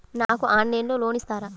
నాకు ఆన్లైన్లో లోన్ ఇస్తారా?